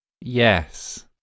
yes